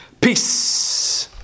peace